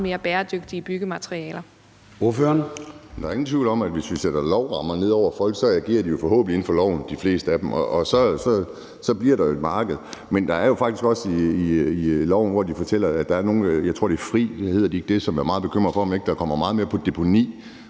Kim Edberg Andersen (NB): Der er ingen tvivl om, at hvis vi lægger lovrammer ned over folk, agerer de forhåbentlig inden for loven – de fleste af dem. Og så bliver der jo et marked. Men i høringssvarene er der faktisk også nogle, der fortæller – jeg tror, det er FRI; hedder de ikke det? – at de er meget bekymrede for, om ikke der kommer meget mere deponi.